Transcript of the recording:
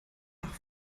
nach